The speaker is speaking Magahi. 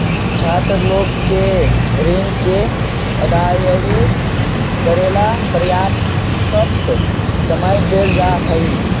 छात्र लोग के ऋण के अदायगी करेला पर्याप्त समय देल जा हई